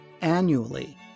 annually